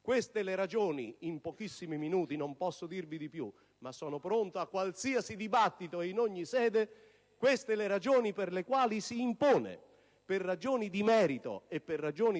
Queste sono le ragioni (in pochissimi minuti non posso dire di più, ma sono pronto a qualsiasi dibattito e in ogni sede) per le quali si impone, per motivi di merito e